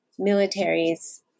militaries